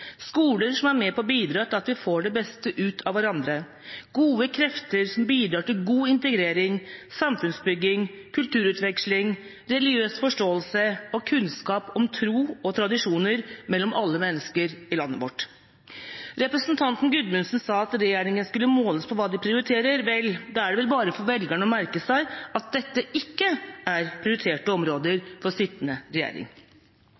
skoler som er med på å bidra til at vi får det beste ut av hverandre, gode krefter som bidrar til god integrering, samfunnsbygging, kulturutveksling, religiøs forståelse og kunnskap om tro og tradisjoner mellom alle mennesker i landet vårt. Representanten Gudmundsen sa at regjeringa skulle måles på hva den prioriterer. Vel, da er det bare for velgerne å merke seg at dette ikke er prioriterte områder